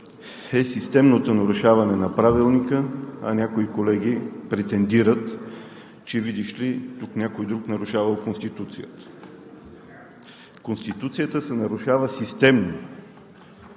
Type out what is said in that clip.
е системното нарушаване на Правилника, а някои колеги претендират, че, видиш ли, тук някой друг нарушавал Конституцията. Конституцията се нарушава системно,